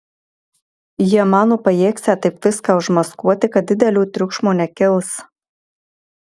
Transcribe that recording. jie mano pajėgsią taip viską užmaskuoti kad didelio triukšmo nekils